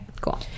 cool